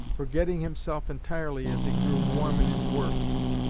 forgetting himself entirely as he grew warm in his work.